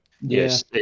Yes